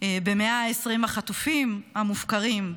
ב-120 החטופים המופקרים,